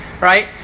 right